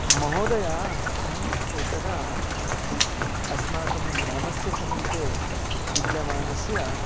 महोदय अहम् एकदा अस्माकं ग्रामस्य समीपे विद्यमानस्य